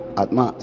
atma